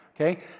Okay